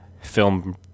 film